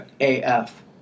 AF